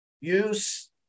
use